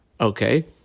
Okay